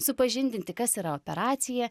supažindinti kas yra operacija